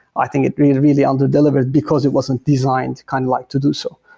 i think it really really underdelivered, because it wasn't designed kind of like to do so.